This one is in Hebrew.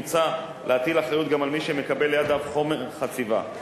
מוצע להטיל אחריות גם על מי שמקבל לידיו חומר חציבה,